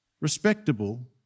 respectable